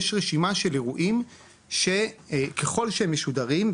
יש רשימה של אירועים שככול שהם משודרים,